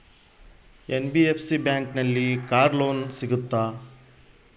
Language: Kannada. ಎನ್.ಬಿ.ಎಫ್.ಸಿ ಬ್ಯಾಂಕಿನಲ್ಲಿ ಕಾರ್ ಲೋನ್ ಸಿಗುತ್ತಾ?